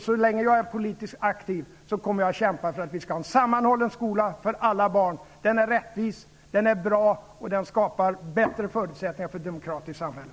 Så länge jag är politiskt aktiv kommer jag att kämpa för att få en sammanhållen skola för alla barn. Den är rättvis. Den är bra, och den skapar bättre förutsättningar för ett demokratiskt samhälle.